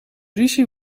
ruzie